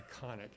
iconic